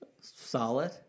Solid